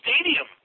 stadium